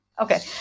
Okay